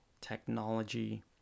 technology